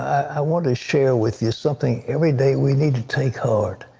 i wanted to share with you something every day we need to take heart,